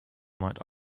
might